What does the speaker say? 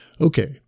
Okay